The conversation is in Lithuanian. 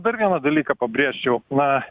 dar vieną dalyką pabrėžčiau na